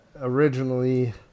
originally